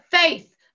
faith